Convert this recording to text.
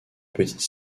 petites